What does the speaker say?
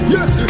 Yes